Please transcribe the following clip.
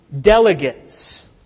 delegates